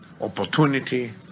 opportunity